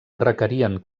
requerien